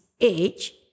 age